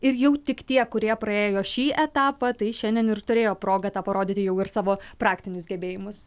ir jau tik tie kurie praėjo šį etapą tai šiandien ir turėjo progą tą parodyti jau ir savo praktinius gebėjimus